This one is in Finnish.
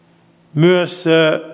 myös